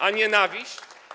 A nienawiść?